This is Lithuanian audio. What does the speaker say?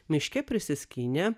miške prisiskynė